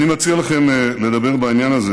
אני מציע לכם לדבר בעניין הזה